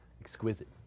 Exquisite